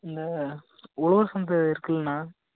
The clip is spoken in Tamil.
இந்த உழவர் சந்தை இருக்குல்லண்ணா